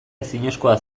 ezinezkoa